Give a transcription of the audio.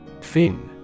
Finn